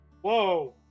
Whoa